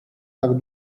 tak